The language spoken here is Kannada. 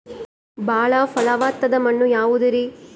ಬಾಳ ಫಲವತ್ತಾದ ಮಣ್ಣು ಯಾವುದರಿ?